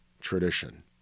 tradition